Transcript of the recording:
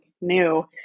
new